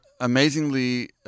amazingly